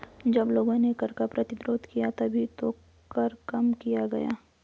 जब लोगों ने कर का प्रतिरोध किया तभी तो कर कम किया गया